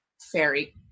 fairy